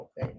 okay